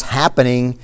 happening